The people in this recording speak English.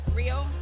real